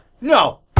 No